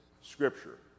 scripture